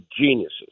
geniuses